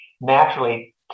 naturally